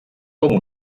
com